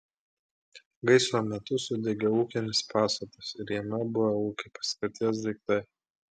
gaisro metu sudegė ūkinis pastatas ir jame buvę ūkio paskirties daiktai